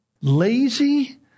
Lazy